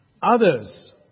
Others